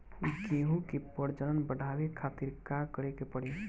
गेहूं के प्रजनन बढ़ावे खातिर का करे के पड़ी?